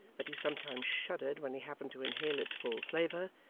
that he sometimes shuddered when he happened to inhale its full flavour,